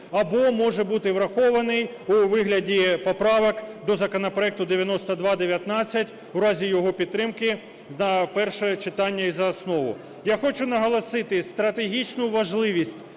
або може бути врахований у вигляді поправок до законопроекту 9219 у разі його підтримки за перше читання і за основу. Я хочу наголосити стратегічну можливість